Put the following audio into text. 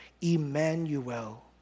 Emmanuel